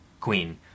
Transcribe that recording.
Queen